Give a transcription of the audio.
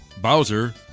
Bowser